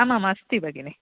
आमाम् अस्ति भगिनि